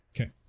Okay